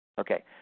Okay